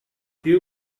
you